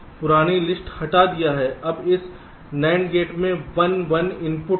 अब इस NAND gate में 1 1 इनपुट है